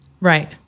right